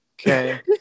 Okay